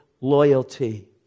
loyalty